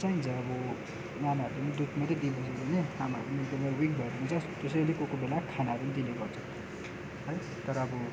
चाहिन्छ अब अनि आमाहरूले पनि दुध मात्रै दिँदैछ भने आमाहरू पनि एकदमै विक भएर जान्छ त्यसैले कोही कोही बेला खानाहरू नि दिने गर्छ है तर अब